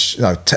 No